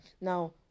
now